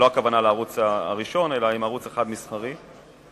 והכוונה לא לערוץ הראשון אלא לערוץ מסחרי אחד.